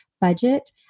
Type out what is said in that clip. budget